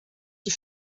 die